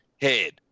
head